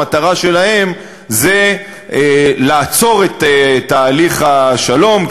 המטרה שלהם היא לעצור את תהליך השלום,